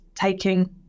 taking